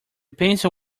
pencil